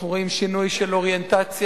אנחנו רואים שינוי של אוריינטציה,